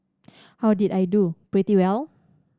how did I do pretty well